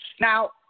Now